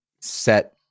set